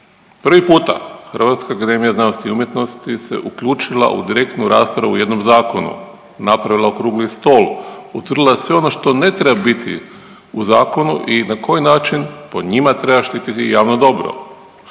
Prvi puta HAZU se uključila u direktnu raspravu o jednom zakonu, napravila okrugli stol, utvrdila sve ono što ne treba biti u zakonu i na koji način po njima treba štititi javno dobro.